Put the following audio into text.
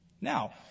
Now